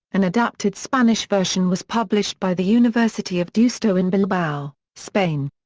an adapted spanish version was published by the university of deusto in bilbao, spain.